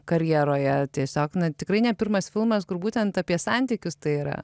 karjeroje tiesiog na tikrai ne pirmas filmas kur būtent apie santykius tai yra